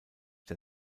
der